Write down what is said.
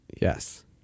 Yes